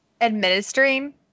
administering